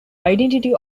identity